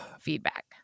feedback